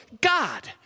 God